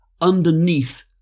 underneath